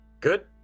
Good